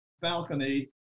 balcony